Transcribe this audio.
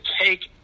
take